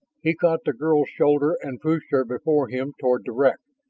he caught the girl's shoulder and pushed her before him toward the wreck.